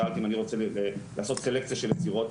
שאלת אם אני רוצה לעשות סלקציה של יצירות,